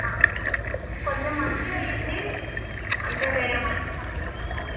కొంచెం మంచివి వేయండి అంటే వేరే వాళ్ళకి పట్టుకొని వెళ్ళాలి